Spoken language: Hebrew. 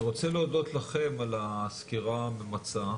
אני רוצה להודות לכם על הסקירה הממצה.